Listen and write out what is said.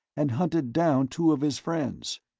and hunted down two of his friends.